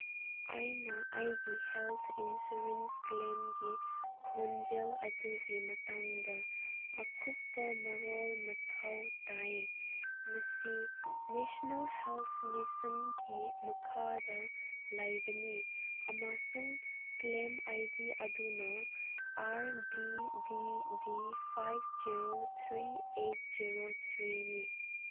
ꯑꯩꯅ ꯑꯩꯒꯤ health insurance ꯀ꯭ꯂꯦꯝꯒꯤ ꯈꯣꯟꯖꯦꯜ ꯑꯗꯨꯒꯤ ꯃꯇꯥꯡꯗ ꯑꯀꯨꯞꯄ ꯃꯔꯣꯜ ꯃꯊꯧ ꯇꯥꯏ ꯃꯁꯤ ꯅꯦꯁꯅꯦꯜ ꯍꯦꯜꯠ ꯃꯤꯁꯟꯒꯤ ꯃꯈꯥꯗ ꯂꯩꯕꯅꯤ ꯑꯃꯁꯨꯡ ꯀ꯭ꯂꯦꯝ ꯑꯥꯏ ꯗꯤ ꯑꯗꯨꯅ R D D D five zero three eight zero ꯊ꯭ꯔꯤꯅꯤ